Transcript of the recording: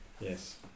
Yes